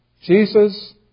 Jesus